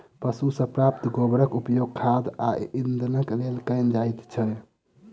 पशु सॅ प्राप्त गोबरक उपयोग खाद आ इंधनक लेल कयल जाइत छै